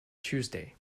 tuesday